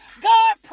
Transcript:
God